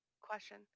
question